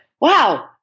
Wow